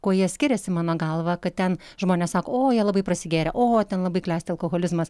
kuo jie skiriasi mano galva kad ten žmonės sako o jie labai prasigėrę o ten labai klesti alkoholizmas